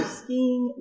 skiing